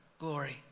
glory